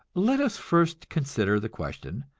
let us first consider the question,